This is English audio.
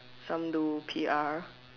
some do P_R